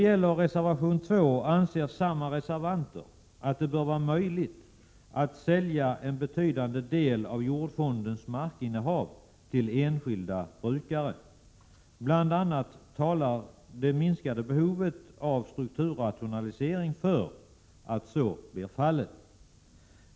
I reservation 2 anser samma reservanter att det bör vara möjligt att sälja en betydande del av jordfondens markinnehav till enskilda brukare. Det minskade behovet av strukturrationalisering talar för detta.